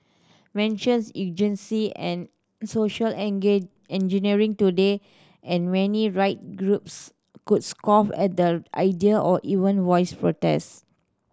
mentions eugenic and social engineering today and many right groups could scoff at the idea or even voice protest